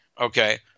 Okay